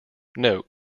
note